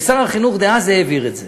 ושר החינוך דאז העביר את זה.